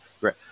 great